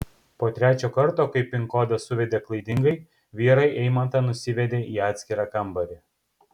po trečio karto kai pin kodą suvedė klaidingai vyrai eimantą nusivedė į atskirą kambarį